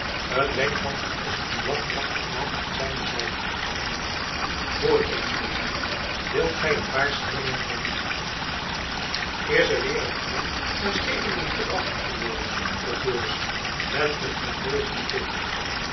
een wenk van van espenblad bracht den knaap aan zijne zijde hoor eens vroeg hy wilt gy een paar schellingen verdienen is er weir een heir die nair scheivelingen gebracht moet worden vroeg joris met een ondeugenden blik